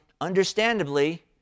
understandably